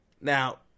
Now